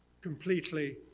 completely